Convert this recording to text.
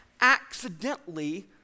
accidentally